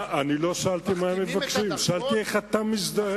לא שאלתי מה הם מבקשים, שאלתי איך אתה מזדהה.